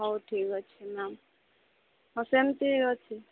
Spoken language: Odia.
ହଉ ଠିକ୍ ଅଛି ମ୍ୟାମ୍ ହଁ ସେମିତି ଅଛି